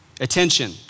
attention